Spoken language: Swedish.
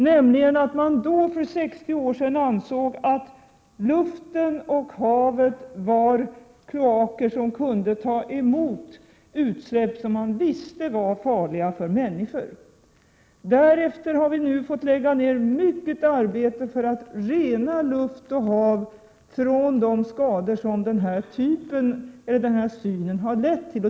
Skälet härtill var att man ansåg att luften och havet kunde användas som kloaker för att ta emot utsläpp som man visste var farliga för människor. Därefter har vi fått lägga ner mycket arbete för att rena luft och hav från de skadeverkningar som den här synen har lett till.